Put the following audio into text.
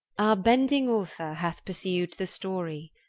bending author hath pursu'd the story,